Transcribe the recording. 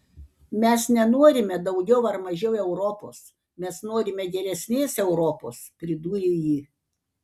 mes nenorime daugiau ar mažiau europos mes norime geresnės europos pridūrė ji